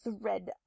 thread